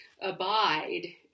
abide